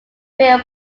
bill